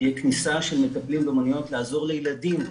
תהיה כניסה של מטפלים באומנויות לעזור לילדים.